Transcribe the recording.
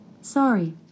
Sorry